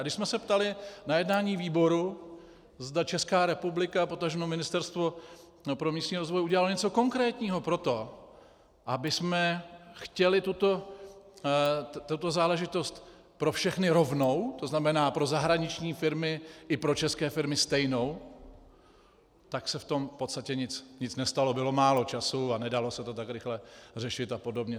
A když jsme se ptali na jednání výboru, zda Česká republika, potažmo Ministerstvo pro místní rozvoj udělalo něco konkrétního pro to, abychom chtěli tuto záležitost pro všechny rovnou, to znamená pro zahraniční firmy i pro české firmy stejnou, tak se v tom v podstatě nic nestalo, bylo málo času a nedalo se to tak rychle řešit a podobně.